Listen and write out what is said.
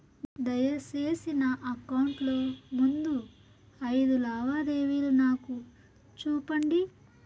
దయసేసి నా అకౌంట్ లో ముందు అయిదు లావాదేవీలు నాకు చూపండి